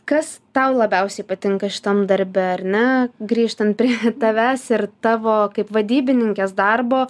kas tau labiausiai patinka šitam darbe ar ne grįžtant prie tavęs ir tavo kaip vadybininkės darbo